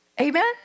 Amen